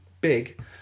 big